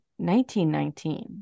1919